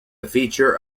feature